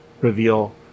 reveal